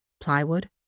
plywood